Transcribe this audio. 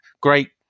great